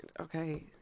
okay